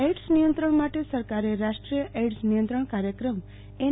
AIDS નિયંત્રણ માટે સરકારે રાષ્ટ્રીય એઈડ્ઝ નિયંત્રણ કાર્યક્રમ એન